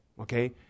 Okay